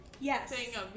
Yes